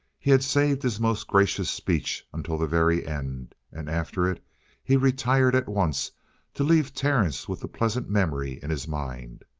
he had saved his most gracious speech until the very end, and after it he retired at once to leave terence with the pleasant memory in his mind.